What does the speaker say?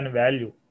value